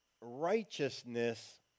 righteousness